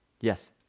Yes